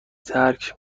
ترک